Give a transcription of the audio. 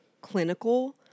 clinical